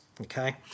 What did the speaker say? okay